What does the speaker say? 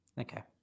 Okay